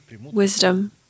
wisdom